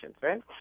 right